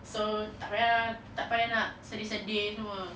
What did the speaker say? so tak payah tak payah nak sedih-sedih semua